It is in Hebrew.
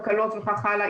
הקלות וכך הלאה,